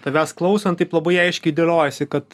tavęs klausant taip labai aiškiai dėliojasi kad